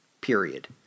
period